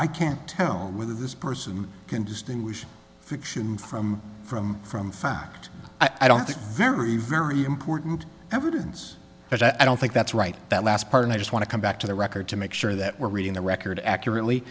i can't tell whether this person can distinguish fiction from from from fact i don't think very very important evidence but i don't think that's right that last part and i just want to come back to the record to make sure that we're reading the record accurately